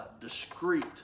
discreet